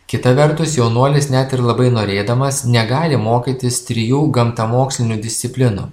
kita vertus jaunuolis net ir labai norėdamas negali mokytis trijų gamtamokslinių disciplinų